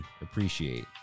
appreciate